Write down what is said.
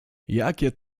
jakie